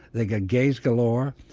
they've got gays galore,